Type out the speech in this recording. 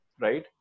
right